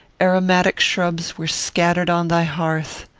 aromatic shrubs were scattered on thy hearth.